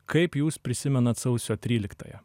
kaip jūs prisimenat sausio tryliktąją